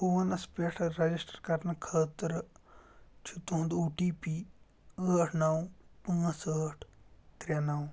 کون نَس پٮ۪ٹھ رجسٹر کرنہٕ خٲطرٕ چھُ تُہند او ٹی پی آٹھ نَو پانٛژھ آٹھ ترٛےٚ نَو